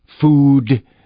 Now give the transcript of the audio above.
food